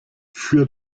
für